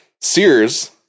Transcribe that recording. Sears